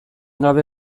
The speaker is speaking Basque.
gabe